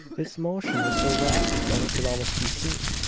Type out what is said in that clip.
its motion was so rapid that it could almost be seen.